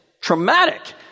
traumatic